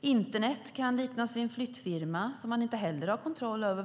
Internet kan liknas vid en flyttfirma som man inte heller har kontroll över.